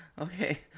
Okay